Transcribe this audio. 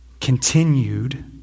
continued